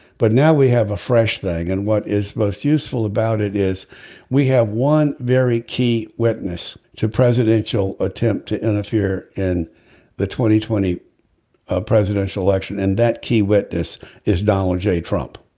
but now we have a fresh thing and what is most useful about it is we have one very key witness to presidential attempt to interfere in the twenty twenty ah presidential election and that key witness is donald j trump